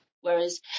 Whereas